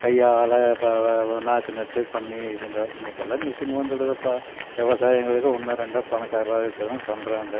கையால் நாற்று நட்டு பண்ணி இருந்தோம் இன்னைக்கெல்லாம் மிஷின் வந்துடுத்தப்பா விவசாயங்களுக்கு ஒன்று ரெண்டோ பணக்காரராக இருக்கிறவங்க பண்ணுறாங்க